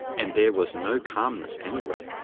and there was no calmness anywhere.